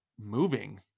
moving